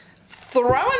throwing